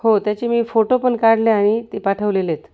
हो त्याची मी फोटो पण काढले आणि ते पाठवलेले आहेत